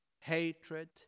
hatred